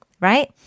right